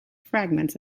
fragments